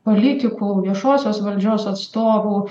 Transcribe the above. politikų viešosios valdžios atstovų